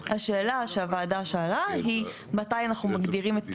השאלה שהוועדה שאלה היא מתי אנחנו מגדירים את,